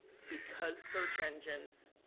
because search engines,